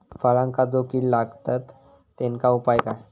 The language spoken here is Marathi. फळांका जो किडे लागतत तेनका उपाय काय?